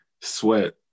sweat